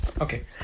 Okay